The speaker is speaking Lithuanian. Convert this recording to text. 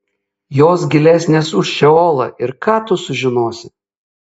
jos gilesnės už šeolą ir ką tu sužinosi